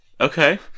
Okay